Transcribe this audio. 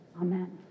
amen